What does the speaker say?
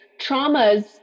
traumas